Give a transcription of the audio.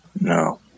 No